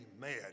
mad